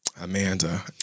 Amanda